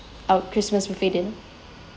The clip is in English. our christmas buffet dinner